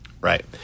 Right